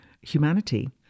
humanity